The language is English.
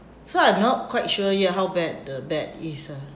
so I'm not quite sure yet how bad the bad is ah